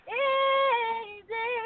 easy